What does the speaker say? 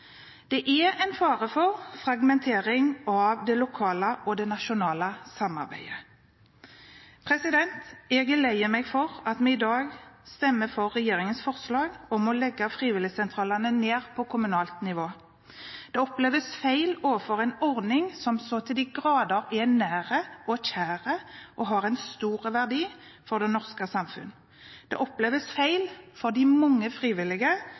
Det er en fare for fragmentering av det lokale og det nasjonale samarbeidet. Jeg er lei meg for at vi i dag stemmer over komiteens innstilling til regjeringens forslag om å legge frivilligsentralene ned på kommunalt nivå. Det oppleves feil overfor en ordning som så til de grader er nær og kjær og har en stor verdi for det norske samfunn. Det oppleves feil for de mange frivillige,